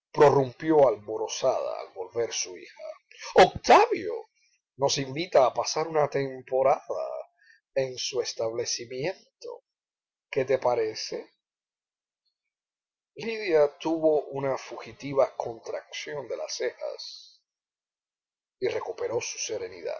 alborozada al volver su hija octavio nos invita a pasar una temporada en su establecimiento qué te parece lidia tuvo una fugitiva contracción de las cejas y recuperó su serenidad